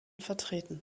vertreten